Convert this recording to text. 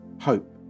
hope